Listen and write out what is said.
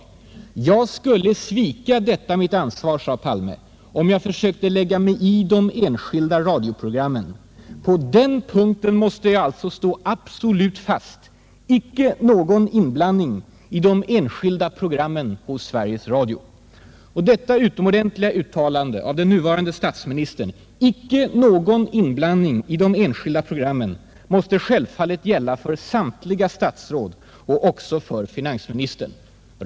Jag skulle svika detta mitt ansvar om jag försökte lägga mig i de enskilda radioprogrammen. ——— På den punkten måste jag alltså stå absolut fast — icke någon inblandning i de enskilda programmen hos Sveriges Radio.” Detta utomordentliga uttalande av den nuvarande statsministern — ”icke någon inblandning i de enskilda programmen” — måste självfallet gälla för samtliga statsråd, således även för finansministern.